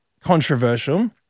controversial